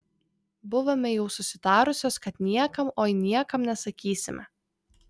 buvome jau susitarusios kad niekam oi niekam nesakysime